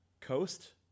coast